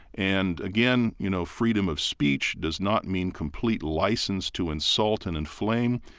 and again, you know, freedom of speech does not mean complete license to insult and inflame.